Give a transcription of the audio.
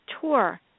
tour